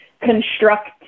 construct